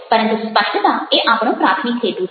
પરંતુ સ્પષ્ટતા એ આપણો પ્રાથમિક હેતુ છે